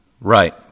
right